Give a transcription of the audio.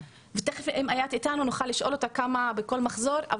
ותכף אם איאת תיתן לנו נוכל לשאול אותה כמה בכל מחזור.